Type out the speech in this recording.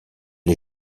les